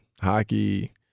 hockey